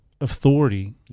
authority